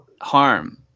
harm